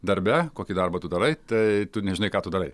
darbe kokį darbą tu darai tai tu nežinai kč tu darai